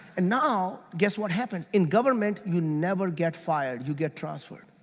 and now, guess what happens, in government, you never get fired. you get transferred.